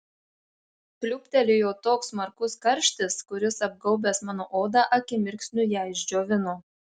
pliūptelėjo toks smarkus karštis kuris apgaubęs mano odą akimirksniu ją išdžiovino